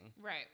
Right